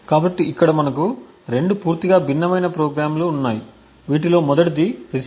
కాబట్టి ఇక్కడ మనకు 2 పూర్తిగా భిన్నమైన ప్రోగ్రామ్లు ఉన్నాయి వీటిలో మొదటిది receiver